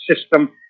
system